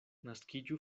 naskiĝu